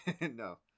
No